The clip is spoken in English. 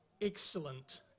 excellent